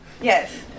Yes